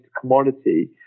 commodity